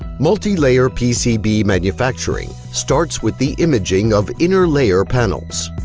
multilayer pcb manufacturing starts with the imaging of inner layer panels.